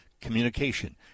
communication